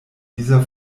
dieser